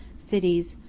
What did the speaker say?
cities,